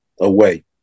away